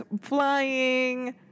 Flying